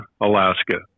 alaska